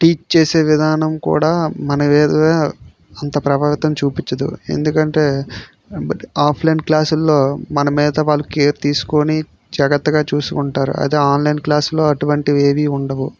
teach చేసే విధానం కూడా మన మీద అంత ప్రభావితం చూపించదు ఎందుకంటే ఆఫ్లైన్ క్లాసుల్లో మన మీద వాళ్ళు కేర్ తీసుకొని జాగ్రత్తగా చూసుకుంటారు అదే ఆన్లైన్ క్లాసుల్లో అటువంటివి ఏవి ఉండవు